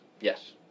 Yes